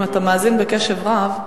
אם אתה מאזין בקשב רב,